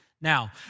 Now